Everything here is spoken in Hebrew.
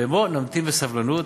ובואו נמתין בסבלנות,